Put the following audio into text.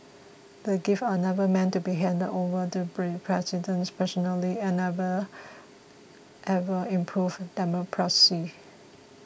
the gifts are never meant to be handed over to President personally and never ever improved diplomacy